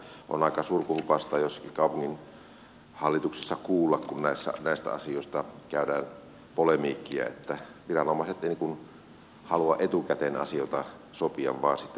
on aika surkuhupaista kaupunginhallituksessa kuulla kun näistä asioista käydään polemiikkia viranomaiset eivät halua etukäteen asioita sopia vaan sitten jälkikäteen käydä oikeutta